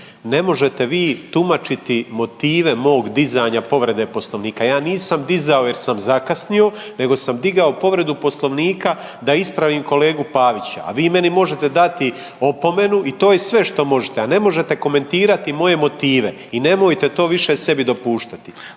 Ne možete vi tumačiti motive mog dizanja povrede Poslovnika. Ja nisam dizao jer sam zakasnio nego sam digao povredu Poslovnika da ispravim kolegu Pavića, a vi meni možete dati opomenu i to je sve što možete, a ne možete komentirati moje motive i nemojte to više sebi dopuštati.